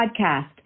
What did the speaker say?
podcast